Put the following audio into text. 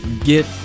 get